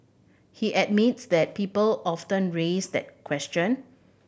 he admits that people often raise that question